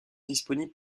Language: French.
disponible